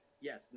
Yes